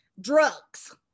drugs